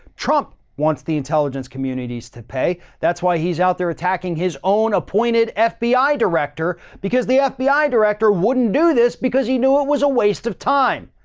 trump wants the intelligence communities to pay. that's why he's out there attacking his own appointed ah fbi director because the yeah fbi director wouldn't do this because he knew it was a waste of time.